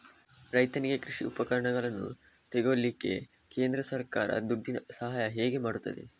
ರೈತನಿಗೆ ಕೃಷಿ ಉಪಕರಣಗಳನ್ನು ತೆಗೊಳ್ಳಿಕ್ಕೆ ಕೇಂದ್ರ ಸರ್ಕಾರ ದುಡ್ಡಿನ ಸಹಾಯ ಹೇಗೆ ಮಾಡ್ತದೆ?